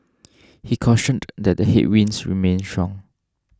he cautioned that the headwinds remain strong